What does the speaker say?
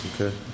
Okay